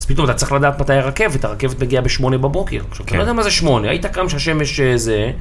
אז פתאום אתה צריך לדעת מתי רכבת, הרכבת מגיעה בשמונה בבוקר. אני לא יודע מה זה שמונה, היית קם שהשמש זה.